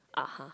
(uh huh)